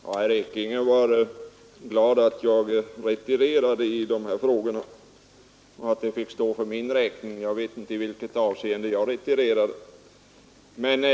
Herr talman! Herr Ekinge var glad över att jag retirerade i dessa frågor, som han sade, och menade att vad jag sagt fick stå för min räkning. Men jag vet inte i vilket avseende jag har retirerat.